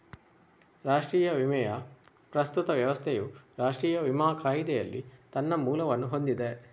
ರಾಷ್ಟ್ರೀಯ ವಿಮೆಯ ಪ್ರಸ್ತುತ ವ್ಯವಸ್ಥೆಯು ರಾಷ್ಟ್ರೀಯ ವಿಮಾ ಕಾಯಿದೆಯಲ್ಲಿ ತನ್ನ ಮೂಲವನ್ನು ಹೊಂದಿದೆ